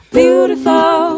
beautiful